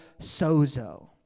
sozo